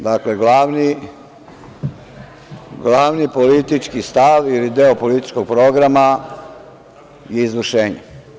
Dakle, glavni politički stav ili deo političkog programa je izvršenje.